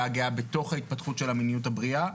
הגאה בתוך ההתפתחות של המיניות הבריאה,